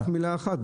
רק מילה אחת.